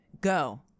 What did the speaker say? go